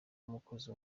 umukozi